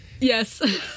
Yes